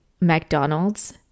McDonald's